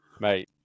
Mate